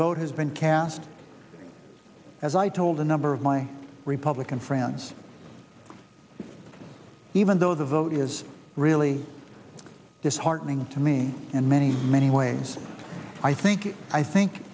vote has been cast as i told a number of my republican friends even though the vote is really disheartening to me and many many ways i think i think